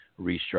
restructure